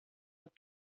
that